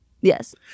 Yes